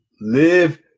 Live